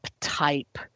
type